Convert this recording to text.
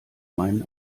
meinen